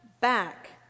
back